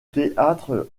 théâtre